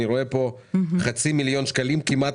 אני רואה פה 0.5 מיליון שקלים כמעט,